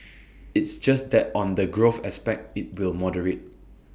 it's just that on the growth aspect IT will moderate